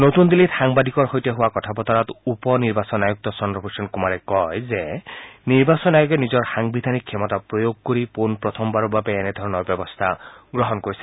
নতুন দিল্লীত সাংবাদিকৰ সৈতে হোৱা কথা বতৰাত উপ নিৰ্বাচন আয়ুক্ত চন্দ্ৰভূষণ কুমাৰে কয় যে নিৰ্বাচন আয়োগে নিজৰ সাংবিধানিক ক্ষমতা প্ৰয়োগ কৰি পোনপ্ৰথমবাৰৰ বাবে এনেধৰণৰ ব্যৱস্থা গ্ৰহণ কৰিছে